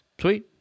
Sweet